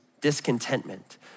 discontentment